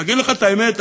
אגיד לך את האמת,